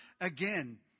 again